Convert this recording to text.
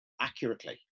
accurately